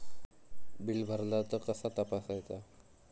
Bill भरला तर कसा तपसायचा?